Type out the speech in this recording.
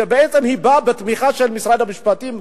שבעצם באה בתמיכה של משרד המשפטים,